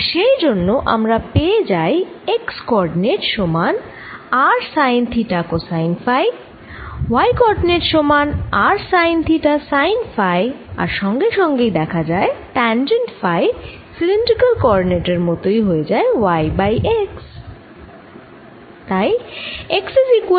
আর সেই জন্য আমরা পেয়ে যাই x কোঅরডিনেট সমান r sine theta cosine phi y coordinate সমান r sine theta sine phi আর সঙ্গে সঙ্গেই দেখা যায় ট্যাঞ্জেন্ট ফাই সিলিন্ড্রিকাল কোঅরডিনেট এর মতই হয় y বাই x